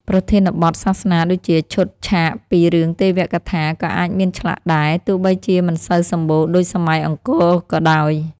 ប្រធានបទសាសនាដូចជាឈុតឆាកពី រឿងទេវកថា ក៏អាចមានឆ្លាក់ដែរ ទោះបីជាមិនសូវសម្បូរដូចសម័យអង្គរក៏ដោយ។